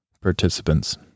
participants